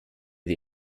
der